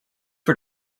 for